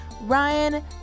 Ryan